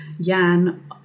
Jan